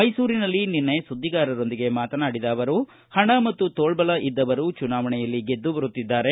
ಮೈಸೂರಿನಲ್ಲಿ ನಿನ್ನೆ ಸುದ್ದಿಗಾರರೊಂದಿಗೆ ಅವರು ಹಣ ಮತ್ತು ತೋಳ್ಟಲ ಇದ್ದವರು ಚುನಾವಣೆಯಲ್ಲಿ ಗೆದ್ದು ಬರುತ್ತಿದ್ದಾರೆ